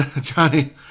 Johnny